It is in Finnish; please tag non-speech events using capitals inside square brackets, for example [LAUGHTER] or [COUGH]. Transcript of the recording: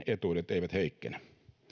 [UNINTELLIGIBLE] etuudet eivät heikkene